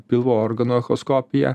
pilvo organų echoskopiją